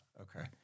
Okay